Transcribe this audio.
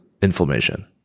inflammation